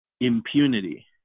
impunity